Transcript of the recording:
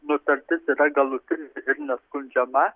nutartis yra galutin ir neskundžiama